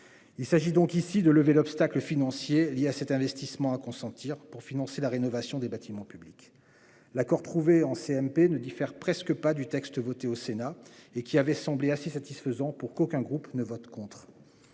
de ce texte, de lever l'obstacle financier lié à l'investissement à consentir pour financer la rénovation des bâtiments publics. L'accord trouvé en CMP ne diffère presque pas du texte voté au Sénat, qui avait semblé satisfaisant, au point qu'aucun groupe n'avait voté contre.